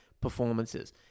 performances